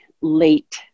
late